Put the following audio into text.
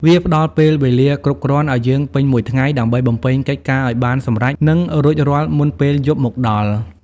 វាផ្ដល់ពេលវេលាគ្រប់គ្រាន់ ឱ្យយើងពេញមួយថ្ងៃដើម្បីបំពេញកិច្ចការឱ្យបានសម្រេច និងរួចរាល់មុនពេលយប់មកដល់ ។